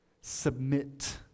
Submit